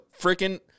freaking